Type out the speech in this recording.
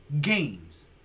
games